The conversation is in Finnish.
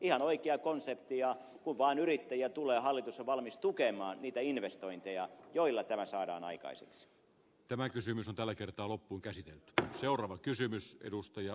ihan oikea konsepti ja kun vaan yrittäjä tulee hallitus on valmis tukemaan niitä investointeja joilla tämä kysymys on tällä kertaa lopun käsitin että seuraava saadaan aikaiseksi